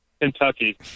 Kentucky